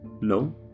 No